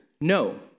No